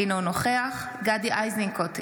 אינו נוכח גדי איזנקוט,